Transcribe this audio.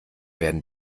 werden